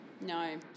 No